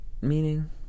meaning